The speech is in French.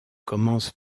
commences